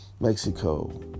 Mexico